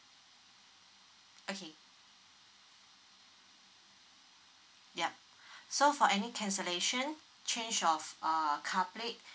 okay yup so for any cancellation charge of uh car plate